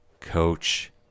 Coach